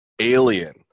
alien